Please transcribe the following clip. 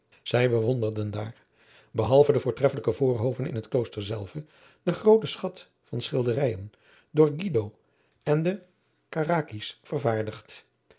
zij bewonderden daar behalve de voortreffelijke voorhoven in het klooster zelve den grooten schat van schilderijen door guido en de caracci's vervaardigd